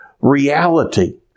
reality